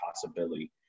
possibility